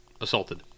assaulted